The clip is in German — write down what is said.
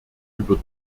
über